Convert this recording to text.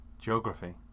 geography